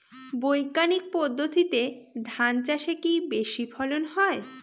বৈজ্ঞানিক পদ্ধতিতে ধান চাষে কি বেশী ফলন হয়?